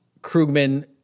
Krugman